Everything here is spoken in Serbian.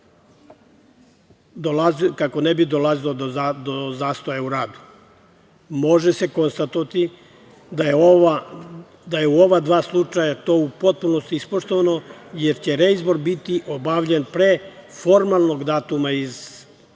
kako ne bi dolazilo do zastoja u radu. Može se konstatovati da je u ova dva slučaja to u potpunosti ispoštovano, jer će reizbor biti obavljen pre formalnog datuma isticanja